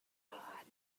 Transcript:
راحت